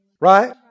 Right